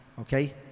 Okay